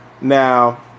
Now